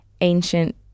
ancient